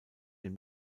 den